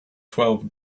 twelve